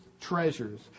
treasures